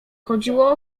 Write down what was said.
chodziło